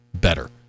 Better